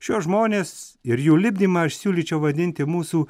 šiuos žmones ir jų lipdymą aš siūlyčiau vadinti mūsų